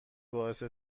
باعث